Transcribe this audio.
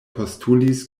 postulis